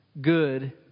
good